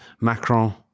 Macron